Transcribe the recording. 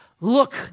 Look